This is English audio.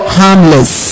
harmless